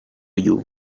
you